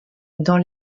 dans